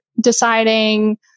deciding